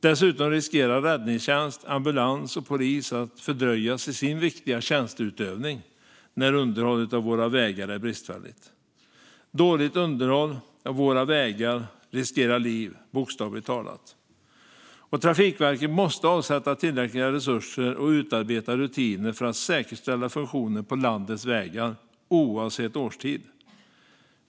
Dessutom riskerar räddningstjänst, ambulans och polis att fördröjas i sin viktiga tjänsteutövning när underhållet av våra vägar är bristfälligt. Dåligt underhåll av våra vägar riskerar liv, bokstavligt talat. Trafikverket måste avsätta tillräckliga resurser och utarbeta rutiner för att säkerställa funktionen på landets vägar oavsett årstid.